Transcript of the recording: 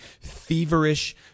feverish